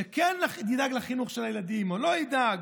שידאג לחינוך של הילדים או לא ידאג.